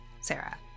Sarah